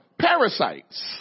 parasites